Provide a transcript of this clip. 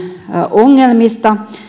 ongelmista